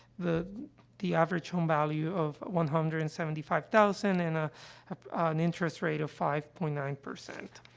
the the average home value of one hundred and seventy five thousand and a an interest rate of five point nine.